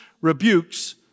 rebukes